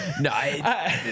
no